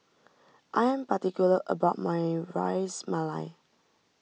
I am particular about my Ras Malai